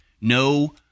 No